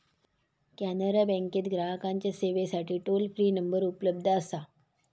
कॅनरा बँकेत ग्राहकांच्या सेवेसाठी टोल फ्री नंबर उपलब्ध असा